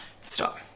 Stop